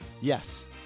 Yes